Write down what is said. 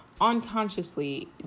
Unconsciously